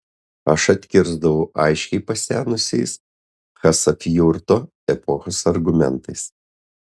aš atkirsdavau aiškiai pasenusiais chasavjurto epochos argumentais